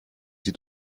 sie